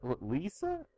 Lisa